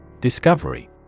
Discovery